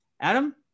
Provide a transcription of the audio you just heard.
Adam